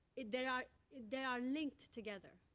they are they are linked together,